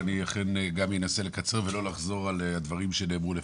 ואני אכן גם אנסה לקצר ולא לחזור על הדברים שנאמרו לפני.